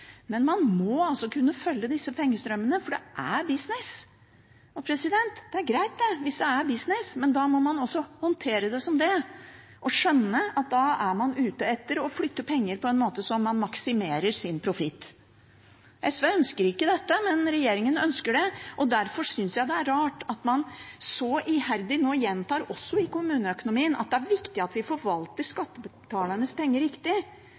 Men man må altså kunne følge disse pengestrømmene, for det er business. Og det er greit at det er business, men da må man også håndtere det som det, og skjønne at da er man ute etter å flytte penger på en måte der man maksimerer sin profitt. SV ønsker ikke dette, men regjeringen ønsker det, derfor synes jeg det er rart at man nå så iherdig gjentar, også i forbindelse med kommuneøkonomien, at det er viktig at vi forvalter skattebetalernes penger riktig.